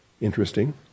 Interesting